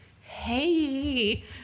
Hey